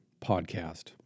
podcast